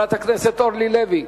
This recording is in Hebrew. חברת הכנסת אורלי לוי.